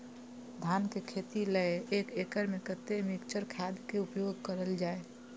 धान के खेती लय एक एकड़ में कते मिक्चर खाद के उपयोग करल जाय?